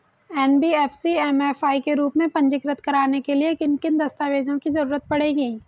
NBFC MFI के रूप में पंजीकृत कराने के लिए किन किन दस्तावेजों की जरूरत पड़ेगी?